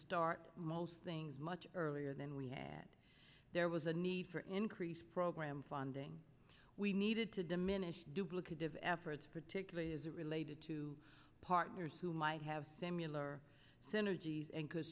start most things much earlier than we had there was a need for increased program funding we needed to diminish duplicative efforts particularly as it related to partners who might have simular synergies and